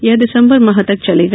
यह दिसंबर माह तक चलेगा